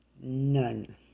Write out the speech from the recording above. None